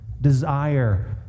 desire